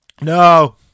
no